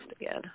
again